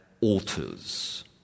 altars